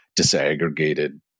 disaggregated